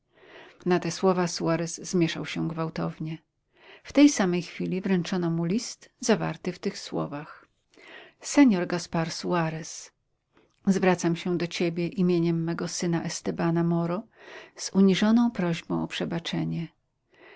na te słowa suarez zmieszał się gwałtownie w tej samej chwili wręczono mu list zawarty w tych słowach senor gaspar suarez zwracam się do ciebie imieniem mego syna estebana moro z uniżoną prośbą o przebaczenie